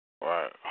Right